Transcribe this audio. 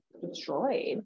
destroyed